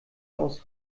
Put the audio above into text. aus